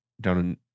down